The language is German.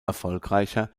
erfolgreicher